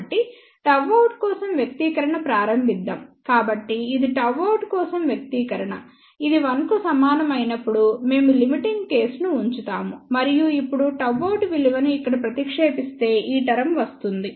కాబట్టిΓout కోసం వ్యక్తీకరణ ప్రారంభిద్దాం కాబట్టి ఇది Γout కోసం వ్యక్తీకరణఇది 1 కు సమానం అయినప్పుడు మేము లిమిటింగ్ కేసు ను ఉంచుతాము మరియు ఇప్పుడు Γout విలువను ఇక్కడ ప్రతిక్షేపిస్తేఈ టర్మ్ వస్తుంది